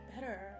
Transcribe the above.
better